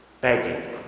begging